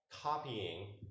copying